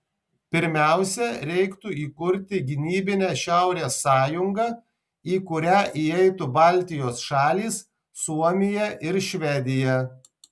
pirmiausia reiktų įkurti gynybinę šiaurės sąjungą į kurią įeitų baltijos šalys suomija ir švedija